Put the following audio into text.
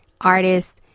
artist